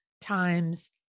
times